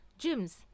gyms